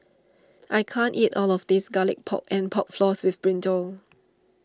I can't eat all of this Garlic Pork and Pork Floss with Brinjal